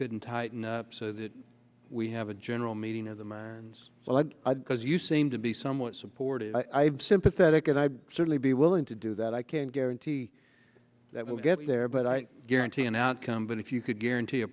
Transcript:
couldn't tighten up so that we have a general meeting of the minds because you seem to be somewhat supportive i'm sympathetic and i'd certainly be willing to do that i can't guarantee that we'll get there but i guarantee an outcome but if you could guarantee a